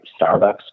Starbucks